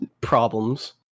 problems